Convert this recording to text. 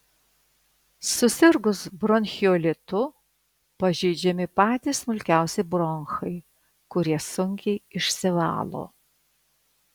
susirgus bronchiolitu pažeidžiami patys smulkiausi bronchai kurie sunkiai išsivalo